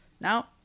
Now